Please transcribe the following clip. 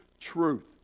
truth